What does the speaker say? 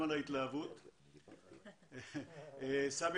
להגיע בסופו של דבר לאנרגיות חלופיות הוא כדי